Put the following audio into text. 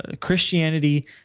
Christianity